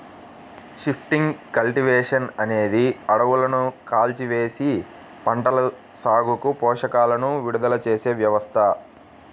shifting cultivation అనేది అడవులను కాల్చివేసి, పంటల సాగుకు పోషకాలను విడుదల చేసే వ్యవస్థ